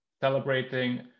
celebrating